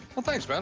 well, thanks, man.